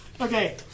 Okay